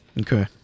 okay